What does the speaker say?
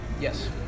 Yes